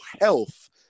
health